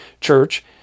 church